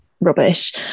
rubbish